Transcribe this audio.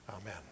Amen